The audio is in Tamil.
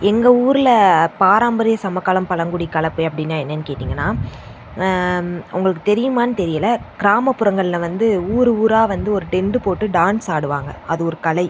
எங்கள் ஊரில் பாராம்பரியம் சமக்காலம் பழங்குடிக்கலப்பு அப்படின்னா என்னன்னு கேட்டீங்கன்னா உங்களுக்கு தெரியுமான்னு தெரியலை கிராமப்புறங்களில் வந்து ஊர் ஊராக வந்து ஒரு டென்ட்டு போட்டு டான்ஸ் ஆடுவாங்க அது ஒரு கலை